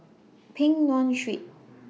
Peng Nguan Street